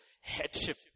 headship